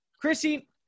Chrissy